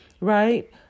right